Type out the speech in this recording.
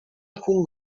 alcun